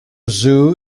zoo